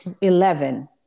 eleven